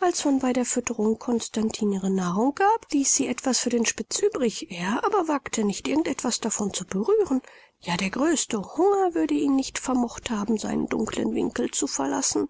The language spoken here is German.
als man bei der fütterung constantine ihre nahrung gab ließ sie etwas für den spitz übrig er aber wagte nicht irgend etwas davon zu berühren ja der größte hunger würde ihn nicht vermocht haben seinen dunkeln winkel zu verlassen